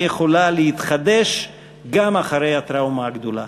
יכולה להתחדש גם אחרי הטראומה הגדולה.